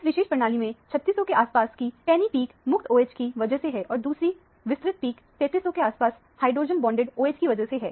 इस विशेष प्रणाली में 3600 के आस पास की पैनि पिक मुक्त OH की वजह से है और दूसरी विस्तृत पिक 3300 के आसपास हाइड्रोजन बॉन्डिंड OH की वजह से है